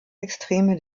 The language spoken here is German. extreme